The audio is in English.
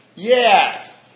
Yes